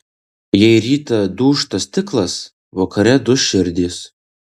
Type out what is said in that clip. jei rytą dūžta stiklas vakare duš širdys